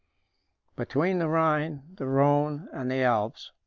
between the rhine, the rhone, and the alps,